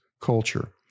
culture